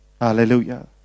Hallelujah